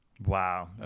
wow